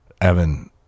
Evan